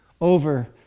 over